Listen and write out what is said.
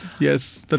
Yes